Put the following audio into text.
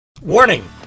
Warning